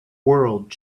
world